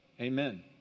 Amen